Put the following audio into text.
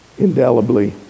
indelibly